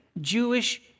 Jewish